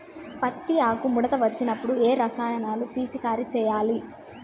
పత్తి ఆకు ముడత వచ్చినప్పుడు ఏ రసాయనాలు పిచికారీ చేయాలి?